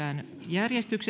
ja